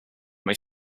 they